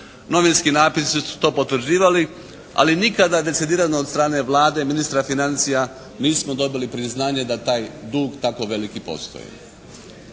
Novinski napisi su to potvrđivali, ali nikada decidirano od strane Vlade, ministra financija nismo dobili priznanje da taj dug tako veliki postoji.